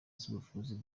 z’ubuvuzi